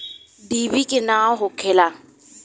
डिभी के नाव का होखेला?